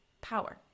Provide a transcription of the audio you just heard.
power